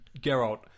Geralt